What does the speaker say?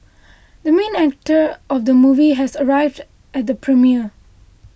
the main actor of the movie has arrived at the premiere